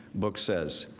book says.